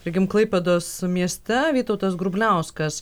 tarkim klaipėdos mieste vytautas grubliauskas